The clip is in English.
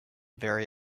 very